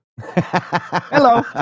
hello